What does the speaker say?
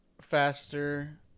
Faster